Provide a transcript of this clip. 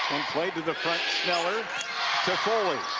play to the front, sneller to foley.